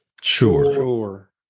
sure